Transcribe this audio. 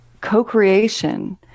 co-creation